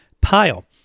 pile